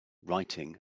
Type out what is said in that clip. writing